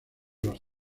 los